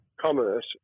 commerce